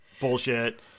bullshit